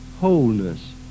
wholeness